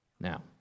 Now